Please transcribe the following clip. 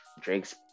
drake's